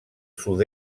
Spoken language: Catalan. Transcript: sud